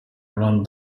run